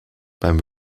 beim